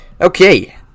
Okay